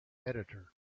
editor